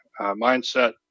mindset